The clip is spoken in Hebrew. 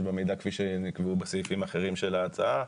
במידע כפי שנקבעו בסעיפים האחרים של ההצעה.